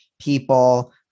people